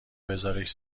بزارش